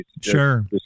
sure